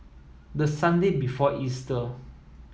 the Sunday before Easter